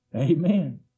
Amen